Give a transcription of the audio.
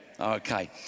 Okay